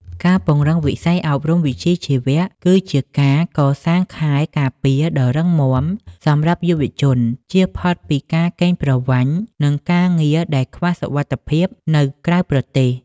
ការពង្រឹងវិស័យអប់រំវិជ្ជាជីវៈ គឺជាការកសាងខែលការពារដ៏រឹងមាំសម្រាប់យុវជន ជៀសផុតពីការកេងប្រវ័ញ្ច និងការងារដែលខ្វះសុវត្ថិភាពនៅក្រៅប្រទេស។